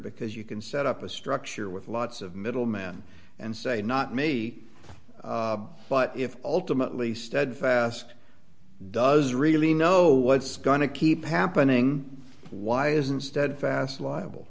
because you can set up a structure with lots of middleman and say not me but if ultimately stedfast does really know what's going to keep happening why isn't steadfast liable